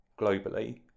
globally